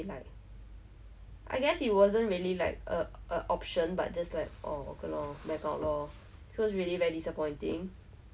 then !wah! after that have to cancel lah and in fact I was very excited for korea cause like 第一次去 mah 没有去过然后